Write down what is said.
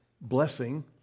blessing